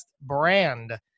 brand